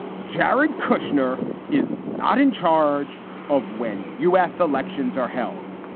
jared kushner is not in charge of when u s. elections are held.